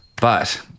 But-